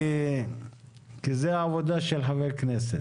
כי זה עבודה של חבר כנסת.